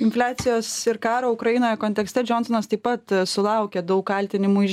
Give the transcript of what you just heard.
infliacijos ir karo ukrainoje kontekste džionsonas taip pat sulaukė daug kaltinimų iš